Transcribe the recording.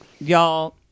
Y'all